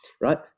right